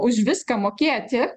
už viską mokėti